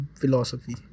philosophy